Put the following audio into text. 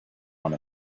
one